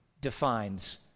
defines